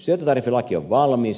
syöttötariffilaki on valmis